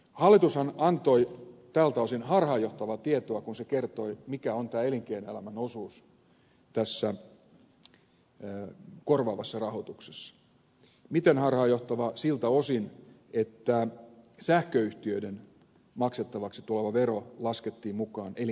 hallitushan antoi tältä osin harhaanjohtavaa tietoa kun se kertoi mikä on tämä elinkeinoelämän osuus tässä korvaavassa rahoituksessa miten harhaanjohtavaa siltä osin että sähköyhtiöiden maksettavaksi tuleva vero laskettiin mukaan elinkeinoelämän rasitteeksi